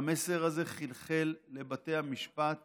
המסר הזה חלחל לבתי המשפט